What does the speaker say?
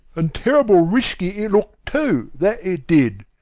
and terrible risky it looked, too, that it did!